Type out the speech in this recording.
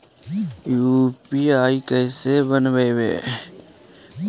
UPI कैसे बनइबै?